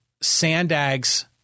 Sandag's